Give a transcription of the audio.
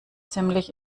ziemlich